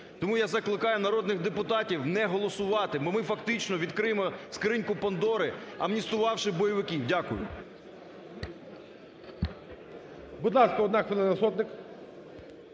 Тому я закликаю народних депутатів не голосувати, бо ми фактично відкриємо скриньку Пандори, амністувавши бойовиків. Дякую. ГОЛОВУЮЧИЙ. Будь ласка, одна хвилина, Сотник.